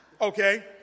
okay